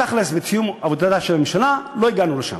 תכל'ס, בסיום עבודתה של הממשלה לא הגענו לשם.